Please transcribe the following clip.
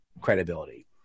credibility